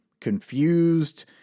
confused